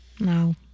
No